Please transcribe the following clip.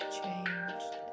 changed